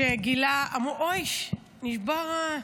שגילה אויש, נשבר.